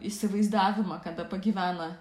įsivaizdavimą kada pagyvena